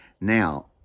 Now